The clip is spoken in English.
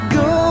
go